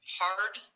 hard